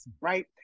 right